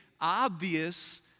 obvious